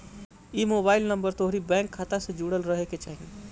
इ mobile number तोहरी bank खाता से जुड़ल रहे के चाही